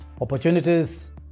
Opportunities